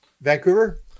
Vancouver